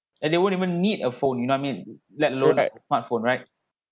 and they won't even need a phone you know I mean let alone like smartphone right